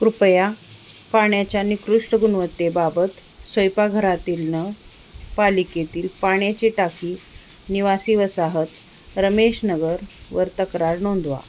कृपया पाण्याच्या निकृष्ट गुणवत्तेबाबत स्वयंपाकघरातील नळ पालिकेतील पाण्याची टाकी निवासी वसाहत रमेश नगर व तक्रार नोंदवा